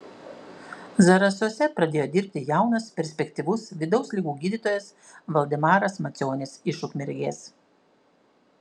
zarasuose pradėjo dirbti jaunas perspektyvus vidaus ligų gydytojas valdemaras macionis iš ukmergės